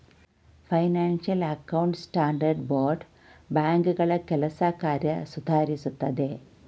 financial account standard board ಬ್ಯಾಂಕ್ಗಳ ಕೆಲಸ ಕಾರ್ಯ ಸುಧಾರಿಸುತ್ತದೆ